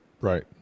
right